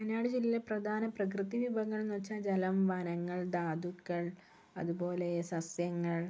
വയനാട് ജില്ലയിലെ പ്രധാന പ്രകൃതി വിഭവങ്ങൾ എന്ന് വച്ചാൽ ജലം വനങ്ങൾ ധാതുക്കൾ അതുപോലെ സസ്യങ്ങൾ